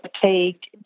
fatigued